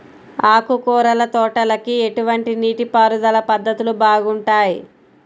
ఆకుకూరల తోటలకి ఎటువంటి నీటిపారుదల పద్ధతులు బాగుంటాయ్?